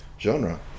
genre